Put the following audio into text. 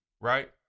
right